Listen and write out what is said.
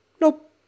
Nope